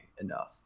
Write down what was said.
enough